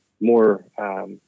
more